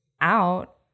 out